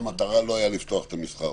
המסחר אבל המטרה לא הייתה לפתוח את המסחר?